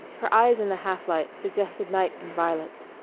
her eyes in the half-light suggested night and violets,